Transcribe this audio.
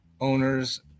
owners